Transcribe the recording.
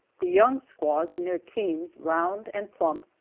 the young squaws, in their teens, round and plump,